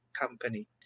company